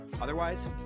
Otherwise